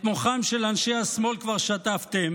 את מוחם של אנשי השמאל כבר שטפתם